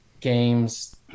games